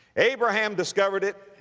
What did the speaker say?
abraham discovered it,